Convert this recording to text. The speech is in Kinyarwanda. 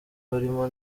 barimo